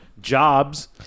jobs